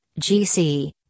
GC